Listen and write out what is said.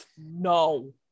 No